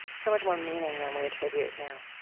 so much more meaning than we attribute now